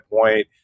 point